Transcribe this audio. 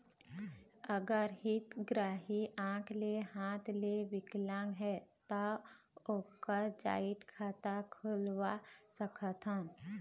अगर हितग्राही आंख ले हाथ ले विकलांग हे ता ओकर जॉइंट खाता खुलवा सकथन?